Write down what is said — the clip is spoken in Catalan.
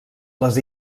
les